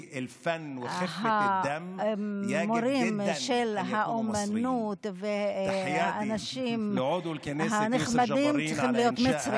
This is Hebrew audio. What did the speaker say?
המורים לאומנות והאנשים הנחמדים צריכים להיות מצרים.